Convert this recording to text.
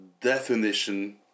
definition